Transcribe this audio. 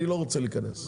אני לא רוצה להיכנס,